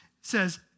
says